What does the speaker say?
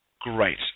great